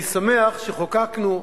אני שמח שחוקקנו,